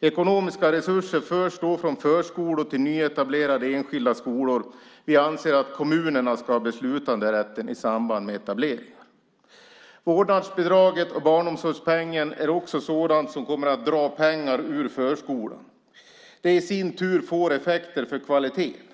Ekonomiska resurser förs då från förskolor till nyetablerade enskilda skolor. Vi anser att kommunerna ska ha beslutanderätten i samband med etableringar. Vårdnadsbidraget och barnomsorgspengen är också sådant som kommer att dra pengar ur förskolan. Det i sin tur får effekter för kvaliteten.